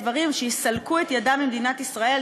שיסלקו את ידם ממדינת ישראל,